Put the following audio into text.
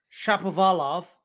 Shapovalov